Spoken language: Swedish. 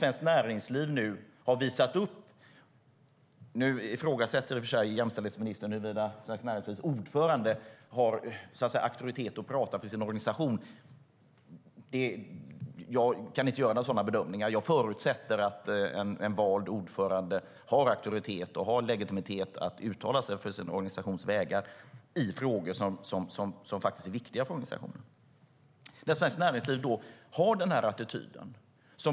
Nu ifrågasätter jämställdhetsministern huruvida Svenskt Näringslivs ordförande har auktoritet att tala för sin organisation. Jag kan inte göra några sådana bedömningar. Jag förutsätter att en vald ordförande har auktoritet och legitimitet att uttala sig för sin organisations vägnar i frågor som är viktiga för organisationen. Svenskt Näringsliv har den attityden.